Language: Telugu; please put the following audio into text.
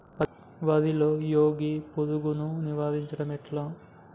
వరిలో మోగి పురుగును నివారించడం ఎట్లా?